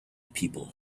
people